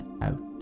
out